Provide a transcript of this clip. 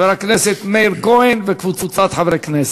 של חבר הכנסת מאיר כהן וקבוצת חברי כנסת.